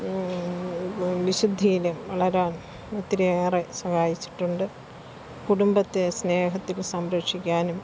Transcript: വിശുദ്ധിയിലും വളരാൻ ഒത്തിരിയേറെ സഹായിച്ചിട്ടുണ്ട് കുടുംബത്തെ സ്നേഹത്തിൽ സംരക്ഷിക്കാനും